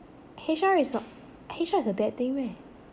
H_R is not H_R is a bad thing meh